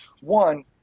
one